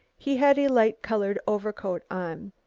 he had a light-coloured overcoat on.